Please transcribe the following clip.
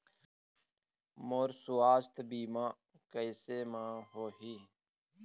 मोर सुवास्थ बीमा कैसे म होही?